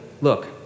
look